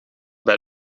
bij